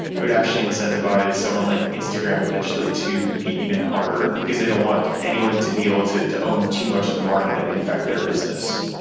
it would actually incentivize someone like instagram potentially to compete even harder, because they don't want anyone to be able to to own too much of the market that could affect their business.